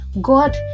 God